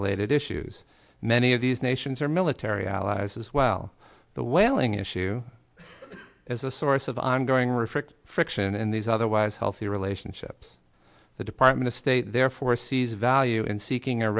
related issues many of these nations are military allies as well the whaling issue as a source of ongoing restrict friction in these otherwise healthy relationships the department of state therefore sees value in seeking a